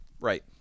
Right